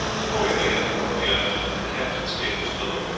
accordingly, at four in the afternoon the captain's gig was lowered.